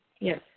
Yes